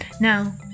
Now